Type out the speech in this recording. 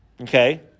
Okay